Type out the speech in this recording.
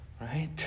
right